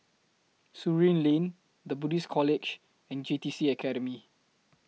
Surin Lane The Buddhist College and J T C Academy